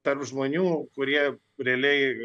tarp žmonių kurie realiai